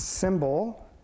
symbol